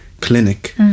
Clinic